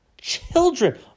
children